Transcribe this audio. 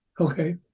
Okay